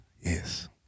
Yes